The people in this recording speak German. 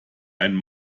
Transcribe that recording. einen